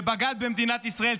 שבגד במדינת ישראל,